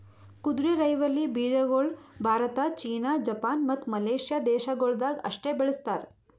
ಕುದುರೆರೈವಲಿ ಬೀಜಗೊಳ್ Bharat, China, Japan, ಮತ್ತ ಮಲೇಷ್ಯಾ ದೇಶಗೊಳ್ದಾಗ್ ಅಷ್ಟೆ ಬೆಳಸ್ತಾರ್